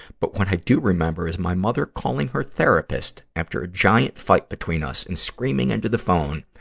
but what i do remember is my mother calling her therapist after a giant fight between us and screaming into the phone,